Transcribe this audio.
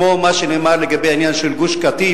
כמו מה שנאמר לגבי העניין של גוש-קטיף?